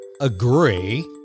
Agree